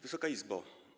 Wysoka Izbo!